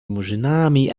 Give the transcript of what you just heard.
murzynami